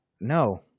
No